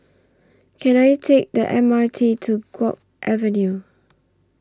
Can I Take The M R T to Guok Avenue